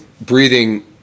breathing